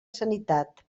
sanitat